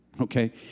Okay